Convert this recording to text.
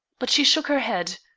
but she shook her head.